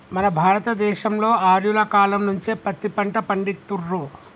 మన భారత దేశంలో ఆర్యుల కాలం నుంచే పత్తి పంట పండిత్తుర్రు